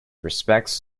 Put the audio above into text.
respects